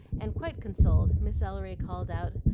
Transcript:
and, quite consoled, miss ellery called out,